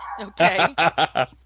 Okay